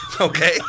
Okay